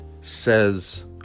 says